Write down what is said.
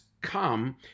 come